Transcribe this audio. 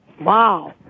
Wow